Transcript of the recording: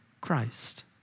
Christ